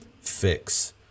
fix